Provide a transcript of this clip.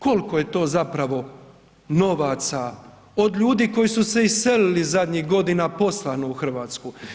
Kolko je to zapravo novaca, od ljudi koji su se iselili zadnjih godina, poslano u RH?